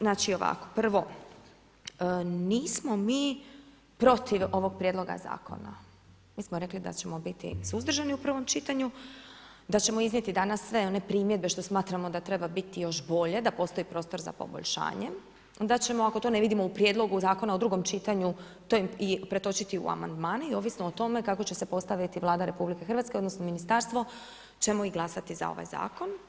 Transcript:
Znači ovako prvo, nismo mi protiv ovog prijedloga zakona, mi smo rekli da ćemo biti suzdržani u prvom čitanju, da ćemo iznijeti danas sve one primjedbe što smatramo da treba biti još bolje, da postoji prostor za poboljšanjem, da ćemo ako to ne vidimo u prijedlogu zakona u drugom čitanju to i pretočiti u amandmane i ovisno o tome kako će se postaviti Vlada RH, odnosno ministarstvo, ćemo i glasati za ovaj zakon.